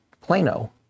Plano